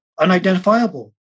unidentifiable